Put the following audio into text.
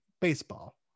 Baseball